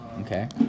okay